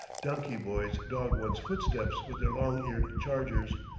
donkey boys dog one's footsteps with their long-eared chargers,